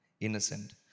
innocent